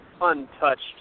untouched